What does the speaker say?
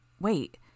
wait